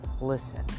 listen